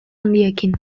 handiekin